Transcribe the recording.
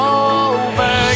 over